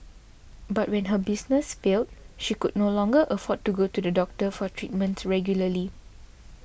but when her business failed she could no longer afford to go to the doctor for treatments regularly